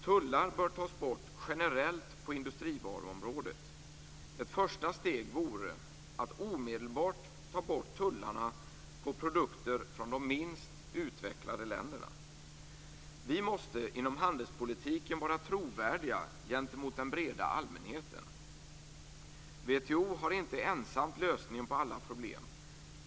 Tullar bör generellt tas bort på industrivaruområdet. Ett första steg vore att omedelbart ta bort tullarna på produkter från de minst utvecklade länderna. Vi måste inom handelspolitiken vara trovärdiga gentemot den breda allmänheten. WTO ensamt har inte lösningen på alla problem.